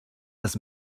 las